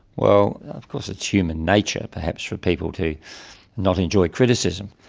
well, of course it's human nature perhaps for people to not enjoy criticism.